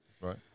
right